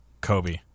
Kobe